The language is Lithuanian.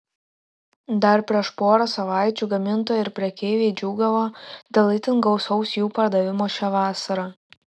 dar prieš porą savaičių gamintojai ir prekeiviai džiūgavo dėl itin gausaus jų pardavimo šią vasarą